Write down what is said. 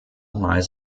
lies